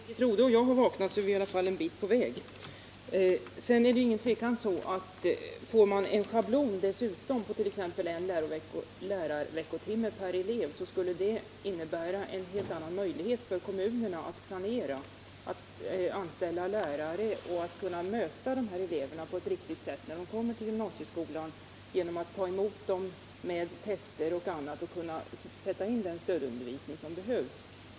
Herr talman! Om både Birgit Rodhe och jag har vaknat är vi i alla fall en bit på väg. Får man dessutom en schablon på t.ex. en lärarveckotimme per elev är det inget tvivel om att det skulle innebära en helt annan möjlighet för kommunerna att planera, att anställa lärare och att möta de här eleverna på ett riktigt sätt när de kommer till gymnasieskolan. Efter att med tester ha prövat elevernas språkförmåga kan sedan den stödundervisning som behövs sättas in.